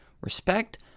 respect